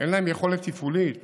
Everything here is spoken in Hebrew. אין להם יכולת תפעולית